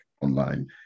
online